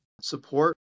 support